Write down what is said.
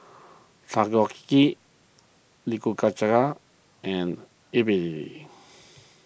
and